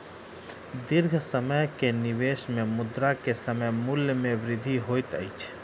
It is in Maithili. दीर्घ समय के निवेश में मुद्रा के समय मूल्य में वृद्धि होइत अछि